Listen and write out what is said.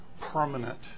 permanent